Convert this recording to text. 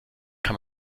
kann